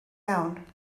iawn